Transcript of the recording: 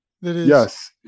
Yes